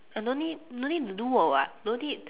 uh no need no need to do work [what] no need